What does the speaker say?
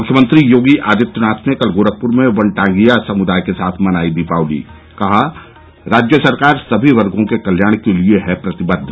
मुख्यमंत्री योगी आदित्यनाथ ने कल गोरखपुर में वनटांगिया समुदाय के साथ मनाई दीपावली कहा राज्य सरकार सभी वर्गों के कल्याण के लिए है प्रतिबद्ध